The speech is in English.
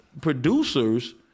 producers